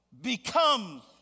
become